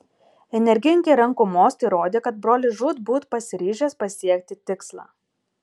energingi rankų mostai rodė kad brolis žūtbūt pasiryžęs pasiekti tikslą